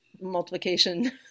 multiplication